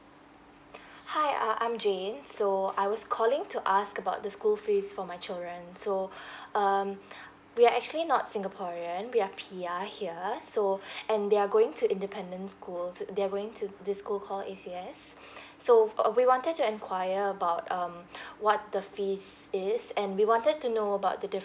hi uh I'm jane so I was calling to ask about the school fees for my children so um we are actually not singaporean we're P_R here so and they are going to independent school s~ they are going to this school called A_C_S so uh we wanted to enquire about um what the fees is and we wanted to know about the diff~